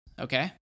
okay